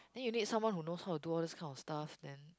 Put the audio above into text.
then you need someone who knows how to do all those kind of stuff then